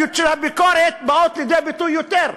האנרגיות של הביקורת באות לידי ביטוי יותר.